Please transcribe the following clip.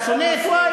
אתה שונא את y.